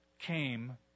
came